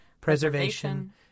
preservation